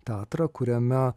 teatrą kuriame